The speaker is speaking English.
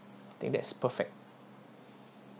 I think that's perfect